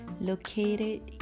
located